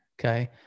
Okay